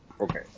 Okay